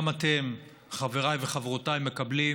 גם אתם חבריי וחברותיי מקבלים